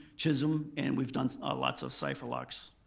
chisholm and we've done lots of cypher locks.